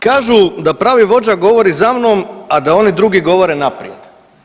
Kažu da pravi vođa govori za mnom, a da oni drugi govore naprijed.